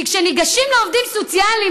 כי כשניגשים לעובדים סוציאליים,